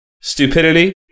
stupidity